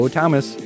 Thomas